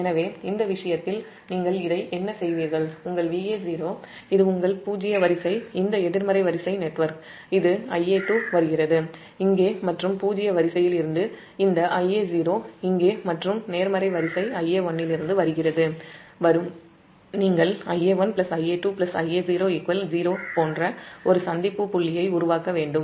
எனவே இந்த விஷயத்தில் நீங்கள் இதை என்ன செய்வீர்கள் உங்கள் Va0 இது உங்கள் பூஜ்ஜிய வரிசை இந்த எதிர்மறை வரிசை நெட்வொர்க் இங்கே Ia2 வருகிறது மற்றும் பூஜ்ஜிய வரிசையில் இருந்து இந்த Ia0 நேர்மறை வரிசை Ia1 இலிருந்து வருகிறது நீங்கள் Ia1 Ia2 Ia0 0 போன்ற ஒரு சந்திப்பு புள்ளியை உருவாக்க வேண்டும்